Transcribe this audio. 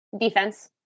Defense